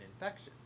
infection